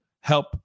help